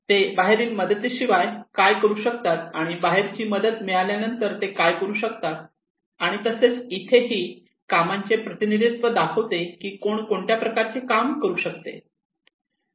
ते बाहेरील मदतीशिवाय काय करू शकतात आणि बाहेरची मदत मिळाल्यानंतर ते काय करू शकतात आणि तसेच इथे हे काही कामांचे प्रतिनिधित्व दाखवते की कोण कुठल्या प्रकारचे काम करू शकते